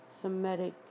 Semitic